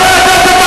חבר הכנסת טלב